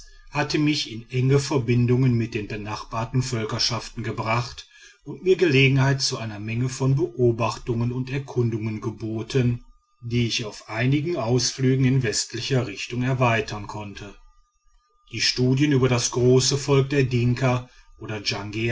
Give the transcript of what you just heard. hat mich in enge verbindung mit den benachbarten völkerschaften gebracht und mir gelegenheit zu einer menge von beobachtungen und erkundungen geboten die ich auf einigen ausflügen in westlicher richtung erweitern konnte die studien über das große volk der dinka oder